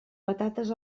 patates